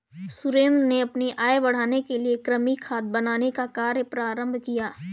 सुरेंद्र ने अपनी आय बढ़ाने के लिए कृमि खाद बनाने का कार्य प्रारंभ किया